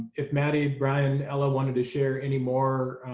if maddie, brian, ella wanted to share anymore